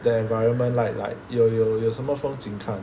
the environment like like 有有有什么风景看